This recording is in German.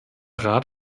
rat